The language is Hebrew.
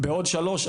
בעוד שלוש,